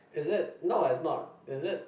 is it no it's not is it